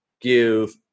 give